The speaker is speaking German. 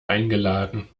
eingeladen